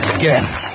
Again